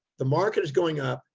the market is going up.